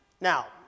Now